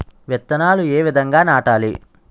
విత్తనాలు ఏ విధంగా నాటాలి?